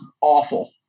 awful